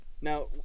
Now